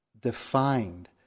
defined